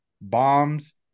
bombs